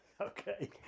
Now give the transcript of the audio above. Okay